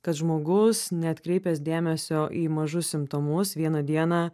kad žmogus neatkreipęs dėmesio į mažus simptomus vieną dieną